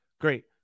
Great